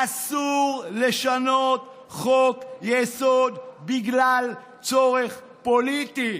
אסור לשנות חוק-יסוד בגלל צורך פוליטי.